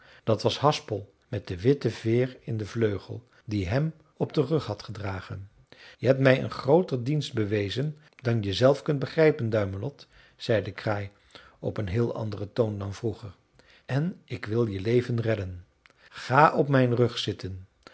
dat was haspel met de witte veer in den vleugel die hem op den rug had gedragen je hebt mij een grooter dienst bewezen dan jezelf kunt begrijpen duimelot zei de kraai op een heel anderen toon dan vroeger en ik wil je leven redden ga op mijn rug zitten